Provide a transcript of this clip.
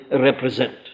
represent